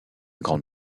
grande